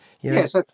Yes